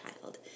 child